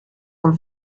con